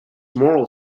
moral